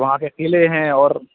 وہاں کے قلعے ہیں اور